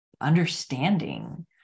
understanding